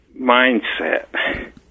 mindset